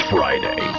Friday